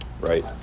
Right